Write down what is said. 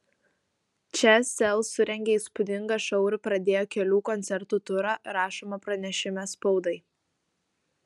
čia sel surengė įspūdingą šou ir pradėjo kelių koncertų turą rašoma pranešime spaudai